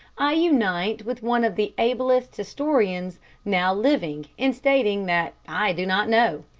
i unite with one of the ablest historians now living in stating that i do not know.